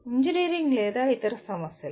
engineering లేదా ఇతర సమస్యలు